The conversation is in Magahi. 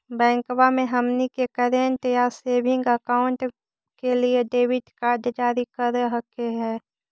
बैंकवा मे हमनी के करेंट या सेविंग अकाउंट के लिए डेबिट कार्ड जारी कर हकै है?